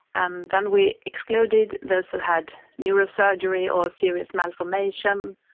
and then we excluded those who had neurosurgery or serious malformation,